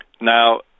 Now